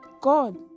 God